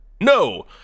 No